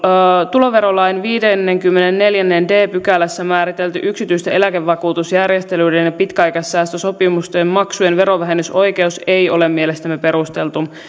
tuloverolain viidennessäkymmenennessäneljännessä d pykälässä määritelty yksityisten eläkevakuutusjärjestelyiden ja pitkäaikaissäästösopimusten maksujen verovähennysoikeus ei ole mielestämme perusteltu